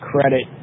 credit